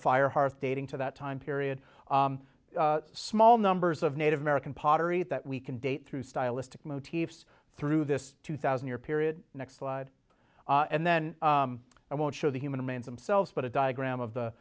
fire hearth dating to that time period small numbers of native american pottery that we can date through stylistic motifs through this two thousand year period next slide and then i won't show the human remains themselves but a diagram of the